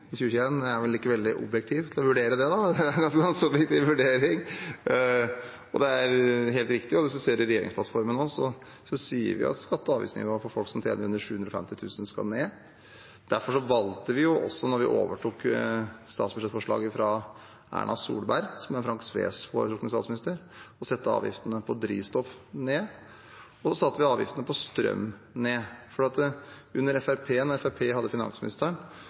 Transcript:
Det er helt riktig, og hvis man ser i regjeringsplattformen, sier vi at skatte- og avgiftsnivået for folk som tjener under 750 000 kr, skal ned. Derfor valgte vi også da vi overtok statsbudsjettforslaget fra Erna Solberg, som er Frank Edvard Sves foretrukne statsminister, å sette avgiftene på drivstoff ned, og vi satte avgiftene på strøm ned.